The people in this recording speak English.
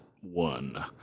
one